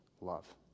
love